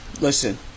Listen